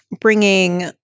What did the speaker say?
bringing